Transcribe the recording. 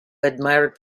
admired